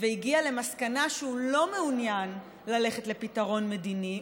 והגיע למסקנה שהוא לא מעוניין ללכת לפתרון מדיני,